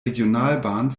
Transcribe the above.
regionalbahn